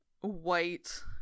white